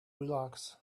relax